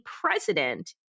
president